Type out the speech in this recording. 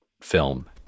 film